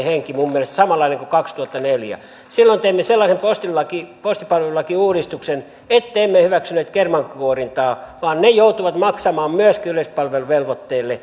henki minun mielestäni samanlainen kuin kaksituhattaneljä silloin teimme sellaisen postipalvelulakiuudistuksen ettemme hyväksyneet kermankuorintaa vaan kermankuorijat joutuvat maksamaan myöskin yleispalveluvelvoitteille